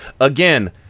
again